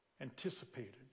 anticipated